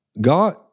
God